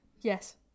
yes